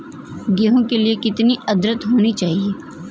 गेहूँ के लिए कितनी आद्रता होनी चाहिए?